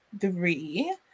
three